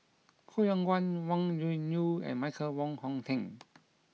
Koh Yong Guan Wang Gungwu and Michael Wong Hong Teng